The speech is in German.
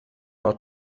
noch